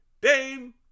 Dame